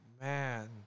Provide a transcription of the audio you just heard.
man